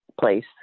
place